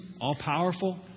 all-powerful